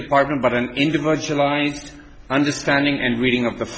department but an individualized understanding and reading of the